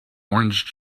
orange